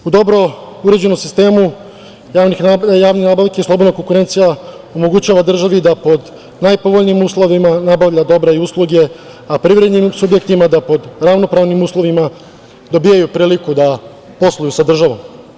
U dobro urađenom sistemu javne nabavke slobodna konkurencija omogućava državi da pod najpovoljnijim uslovima nabavlja dobre usluge a privrednim subjektima da pod ravnopravnim uslovima dobijaju priliku da posluju sa državom.